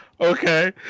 okay